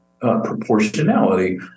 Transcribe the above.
proportionality